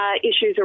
issues